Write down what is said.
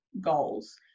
goals